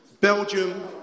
Belgium